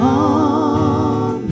on